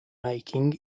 making